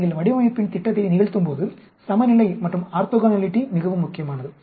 நீங்கள் வடிவமைப்பின் திட்டத்தை நிகழ்த்தும்போது சமநிலை மற்றும் ஆர்த்தோகனாலிட்டி மிகவும் முக்கியமானது